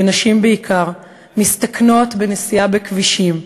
ונשים בעיקר מסתכנות בנסיעה בכבישים,